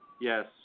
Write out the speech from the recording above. Yes